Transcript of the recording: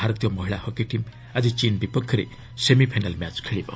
ଭାରତୀୟ ମହିଳା hockey team ଆଜି ଚୀନ୍ ବିପକ୍ଷରେ ସେମିଫାଇନାଲ୍ ମ୍ୟାଚ୍ ଖେଳିବ